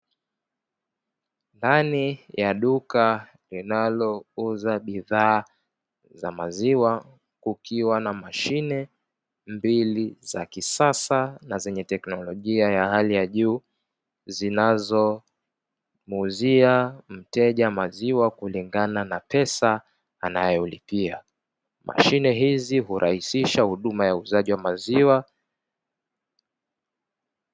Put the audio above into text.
Ndani ya duka linalouza bidhaa za maziwa, kukiwa na mashine mbili za kisasa na zenye teknolojia ya hali ya juu; zinazomuuzia mteja kulingana na pesa anayolipia. Mashine hizi hurahisisha huduma ya uuzaji wa maziwa.